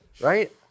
right